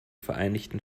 vereinigten